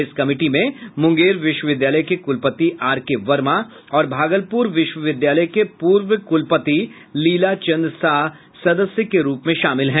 इस कमिटी में मुंगेर विश्वविद्यालय के कुलपति आर के वर्मा और भागलपुर विश्वविद्यालय के पूर्व कुलपति लीला चंद साह सदस्य के रूप में शामिल हैं